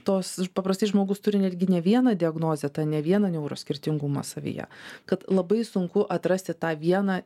tos paprastai žmogus turi netgi ne vieną diagnozę tą ne vieną neuroskirtingumą savyje kad labai sunku atrasti tą vieną